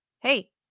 hey